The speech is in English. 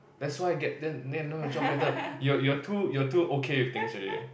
that's why get then then know your job better you are you are too you are too okay with things already